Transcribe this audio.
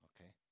Okay